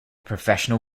professional